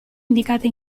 indicate